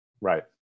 Right